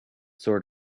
sort